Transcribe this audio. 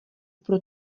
pro